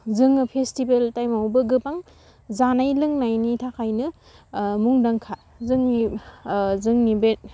जोङो फेस्टिभेल टाइमआवबो गोबां जानाय लोंनायनि थाखायनो मुंदांखा जोंनि जोंनि बे